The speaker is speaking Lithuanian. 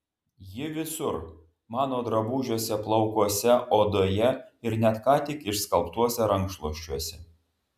ji visur mano drabužiuose plaukuose odoje ir net ką tik išskalbtuose rankšluosčiuose